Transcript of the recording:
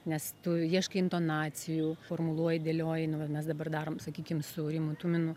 nes tu ieškai intonacijų formuluoji dėlioji nu vat mes dabar darom sakykim su rimu tuminu